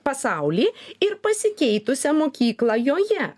pasaulį ir pasikeitusią mokyklą joje